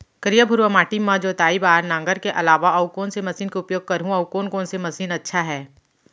करिया, भुरवा माटी म जोताई बार नांगर के अलावा अऊ कोन से मशीन के उपयोग करहुं अऊ कोन कोन से मशीन अच्छा है?